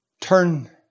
Turn